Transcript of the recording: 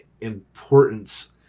importance